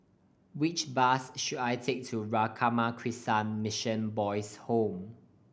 which bus should I take to Ramakrishna Mission Boys' Home